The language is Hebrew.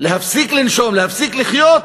להפסיק לנשום, להפסיק לחיות,